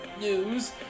news